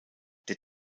der